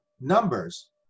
numbers